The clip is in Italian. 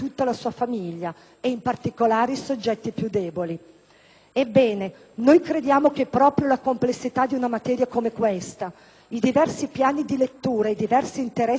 Ebbene, crediamo che proprio la complessità di una materia come questa, i diversi piani di lettura e i diversi interessi in campo su cui dobbiamo cercare di trovare un equilibrio,